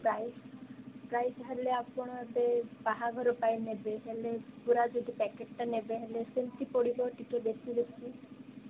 price price ହେଲେ ଆପଣ ବାହାଘର ପାଇଁ ନେବେ ହେଲେ ପୁରା ଯଦି ପ୍ୟାକେଟ ନେବେ ହେଲେ ସେମିତି ପଡ଼ିବ ଟିକେ ବେଶି ବେଶି